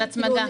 של ההצמדה.